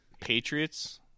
Patriots